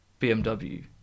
BMW